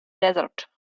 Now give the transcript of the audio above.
desert